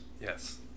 yes